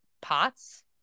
POTS